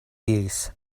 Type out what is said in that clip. diris